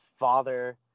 father